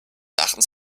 erachtens